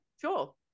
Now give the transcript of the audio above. sure